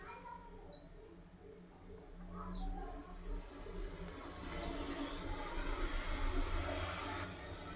crop rotation ಈಗಿನ ಕಾಲದಾಗು ರೈತರು ಕೃಷಿಯಾಗ ಅಳವಡಿಸಿಕೊಂಡಾರ ಇದರಿಂದ ರೈತರಿಗೂ ಮತ್ತ ಪರಿಸರಕ್ಕೂ ಲಾಭ ಆಗತದ